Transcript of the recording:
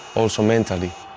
also mentally.